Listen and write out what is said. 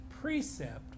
precept